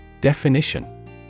Definition